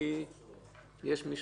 יש מישהו חוץ